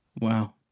Wow